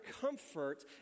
comfort